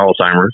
Alzheimer's